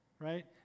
right